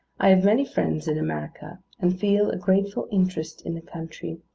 i have many friends in america, and feel a grateful interest in the country.